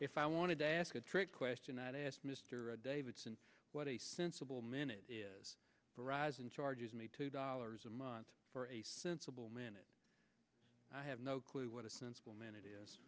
if i wanted to ask a trick question that i asked mr davidson what a sensible man it is to rise in charge me two dollars a month for a sensible minute i have no clue what a sensible man it is